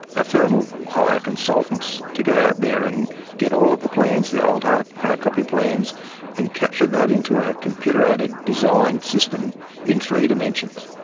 a firm will hire consultants to go out there and get all of the plans, the old hardcopy plans and capture that into a computerated design system in three dimensions,